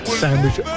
sandwich